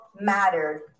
mattered